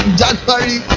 january